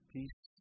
Peace